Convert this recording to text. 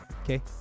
Okay